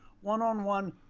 one-on-one